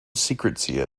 secrecy